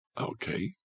Okay